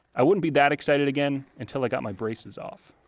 i wouldn't be that excited again until i got my braces off.